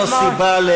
זה לא היה סרקזם.